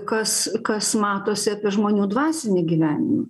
kas kas matosi apie žmonių dvasinį gyvenimą